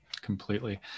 Completely